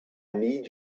need